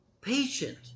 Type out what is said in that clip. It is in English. patient